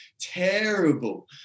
terrible